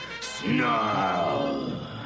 Snarl